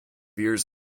years